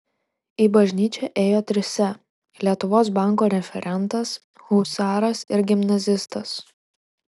į bažnyčią ėjo trise lietuvos banko referentas husaras ir gimnazistas